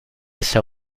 esa